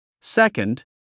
Second